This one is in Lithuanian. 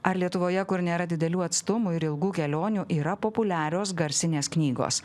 ar lietuvoje kur nėra didelių atstumų ir ilgų kelionių yra populiarios garsinės knygos